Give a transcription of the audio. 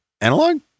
Analog